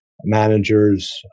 managers